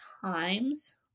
times